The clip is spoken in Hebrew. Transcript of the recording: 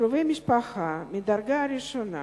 שקרובי משפחה מדרגה ראשונה